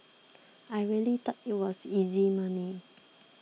I really thought it was easy money